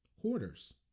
Hoarders